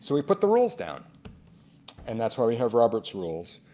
so he put the rules down and that's why we have roberts rules.